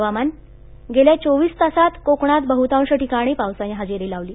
हवामानः गेल्या चोवीस तासांत कोकणात बहतांश ठिकाणी पावसानं हजेरी लावली